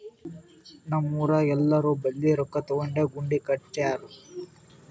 ನಮ್ ಊರಾಗ್ ಎಲ್ಲೋರ್ ಬಲ್ಲಿ ರೊಕ್ಕಾ ತಗೊಂಡೇ ಗುಡಿ ಕಟ್ಸ್ಯಾರ್